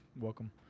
Welcome